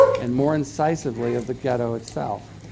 and more incisively, of the ghetto itself.